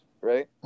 right